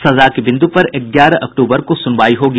सजा के बिंद् पर ग्यारह अक्टूबर को सुनवाई होगी